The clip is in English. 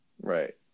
Right